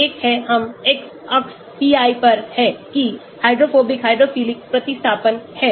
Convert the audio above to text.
एक है हम x अक्ष pi पर है कि हाइड्रोफोबिक हाइड्रोफिलिक प्रतिस्थापन है